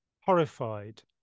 horrified